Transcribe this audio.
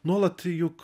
nuolat juk